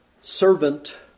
servant